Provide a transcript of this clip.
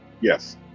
Yes